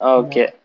okay